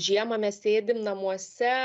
žiemą mes sėdim namuose